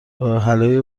راهحلهای